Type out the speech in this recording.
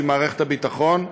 שהיא מערכת הביטחון,